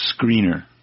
screener